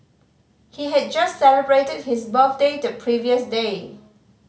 he had just celebrated his birthday the previous day